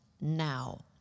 now